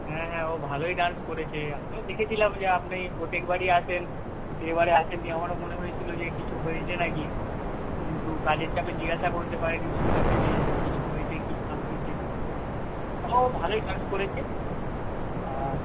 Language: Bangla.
হ্যাঁ হ্যাঁ ও ভালোই ডান্স করেছে আমিও দেখেছিলাম যে আপনি প্রত্যেক বারই আসেন কিন্তু এবারে আসেননি আমারও মনে হয়েছিল যে কিছু হয়েছে না কি কিন্তু কাজের চাপে জিজ্ঞাসা করতে পারিনি সূর্যকে যে কিছু হয়েছে কি না হয়েছে ও ভালোই ডান্স করেছে আর